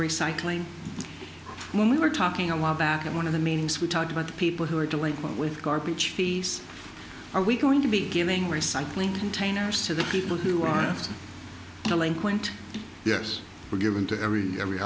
recycling when we were talking a while back and one of the means we talked about the people who are delinquent with garbage fees are we going to be giving recycling containers to the people who are selling point yes we're given to every every